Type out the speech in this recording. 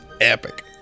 epic